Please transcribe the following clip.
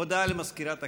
הודעה למזכירת הכנסת.